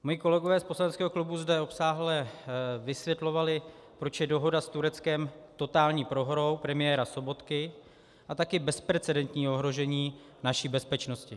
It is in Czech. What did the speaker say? Mí kolegové z poslaneckého klubu zde obsáhle vysvětlovali, proč je dohoda s Tureckem totální prohrou premiéra Sobotky a také bezprecedentním ohrožením naší bezpečnosti.